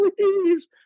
please